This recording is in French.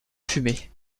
fumée